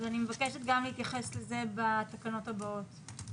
אז אני מבקשת גם להתייחס לזה בתקנות הבאות,